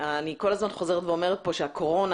אני כל הזמן חוזרת ואומרת כאן שגם במקרה של הקורונה,